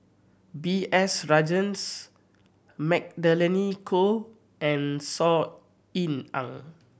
B S Rajhans Magdalene Khoo and Saw Ean Ang